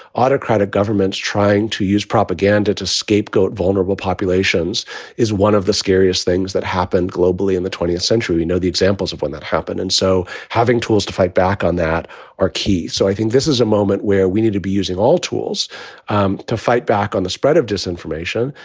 autocratic governments trying to use propaganda to scapegoat vulnerable populations is one of the scariest things that happened globally in the twentieth century. you know, the examples of when that happened. and so having tools to fight back on that are key. so i think this is a moment where we need to be using all tools um to fight back on the spread of disinformation.